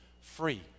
free